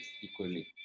equally